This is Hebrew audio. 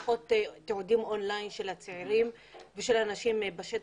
און ליין של הצעירים ושל האנשים בשטח,